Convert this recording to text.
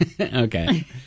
Okay